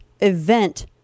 event